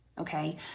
Okay